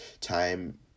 time